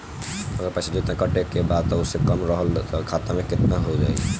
अगर पैसा जेतना कटे के बा ओसे कम रहल खाता मे त का होई?